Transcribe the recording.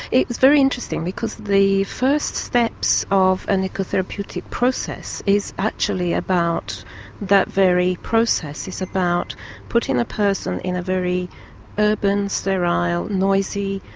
it's very interesting because the first steps of an ecotherapeutic process is actually about that very process. it's about putting the person in a very urban, sterile, noisy,